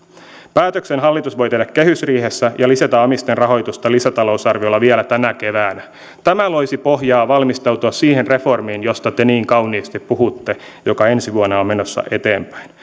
päätöksen hallitus voi tehdä kehysriihessä ja lisätä amisten rahoitusta lisätalousarviolla vielä tänä keväänä tämä loisi pohjaa valmistautua siihen reformiin josta te niin kauniisti puhutte ja joka ensi vuonna on menossa eteenpäin